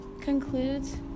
concludes